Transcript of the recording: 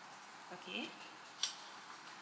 okay